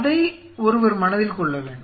அதை ஒருவர் மனதில் கொள்ள வேண்டும்